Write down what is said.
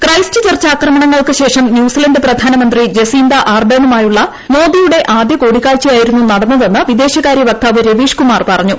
Christ church ആക്രമണങ്ങൾക്ക് ശേഷം New Zealand പ്രധാനമന്ത്രി ജസീന്ദ ആർഡേണുമായുള്ള മോദിയുടെ ആദ്യകൂടിക്കാഴ്ചയായിരുന്നു നടന്നതെന്ന് വിദേശകാരൃ വക്താവ് രവീഷ് കുമാർ പറഞ്ഞു